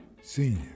senior